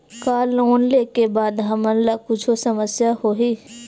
का लोन ले के बाद हमन ला कुछु समस्या होही?